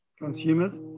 Consumers